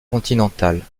continentales